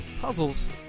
puzzles